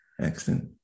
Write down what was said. Excellent